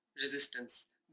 resistance